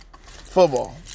football